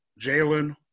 Jalen